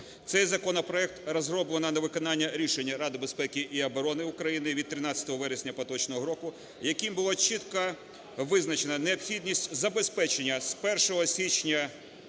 Цей законопроект розроблено на виконання рішення Ради безпеки і оборони України від 13 вересня поточного року, яким було чітко визначено необхідність забезпечення з 1 січня